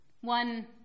One